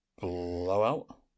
Blowout